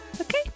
okay